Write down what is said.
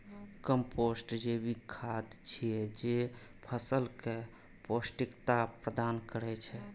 compost जैविक खाद छियै, जे फसल कें पौष्टिकता प्रदान करै छै